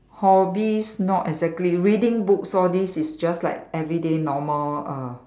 hobbies not exactly reading books all this is just like everyday normal uh